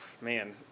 man